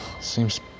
Seems